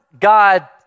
God